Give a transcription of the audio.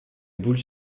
boule